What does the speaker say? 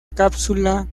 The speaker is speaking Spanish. cápsula